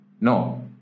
No